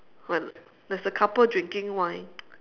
one there's a couple drinking wine